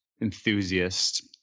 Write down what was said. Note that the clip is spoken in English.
enthusiast